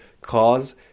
cause